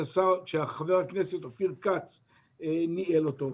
כשחבר הכנסת אופיר כץ ניהל אותו.